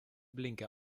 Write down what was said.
blinker